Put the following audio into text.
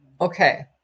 Okay